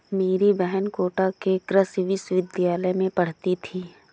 मेरी बहन कोटा के कृषि विश्वविद्यालय में पढ़ती थी